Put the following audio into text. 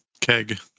keg